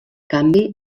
canvi